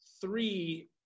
three